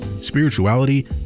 spirituality